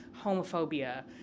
homophobia